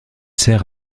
sert